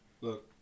Look